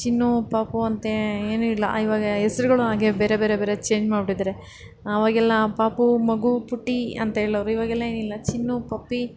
ಚಿನ್ನು ಪಾಪು ಅಂತ ಏನು ಇಲ್ಲ ಇವಾಗ ಹೆಸರುಗಳು ಹಾಗೆ ಬೇರೆ ಬೇರೆ ಬೇರೆ ಚೇಂಜ್ ಮಾಡ್ಬಿಟ್ಟಿದ್ದಾರೆ ಆವಾಗೆಲ್ಲ ಪಾಪು ಮಗು ಪುಟ್ಟಿ ಅಂತ ಹೇಳೋರು ಇವಾಗೆಲ್ಲ ಏನಿಲ್ಲ ಚಿನ್ನು ಪಪ್ಪಿ